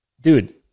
dude